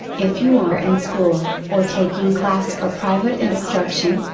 if you are in school, or taking class or private instruction,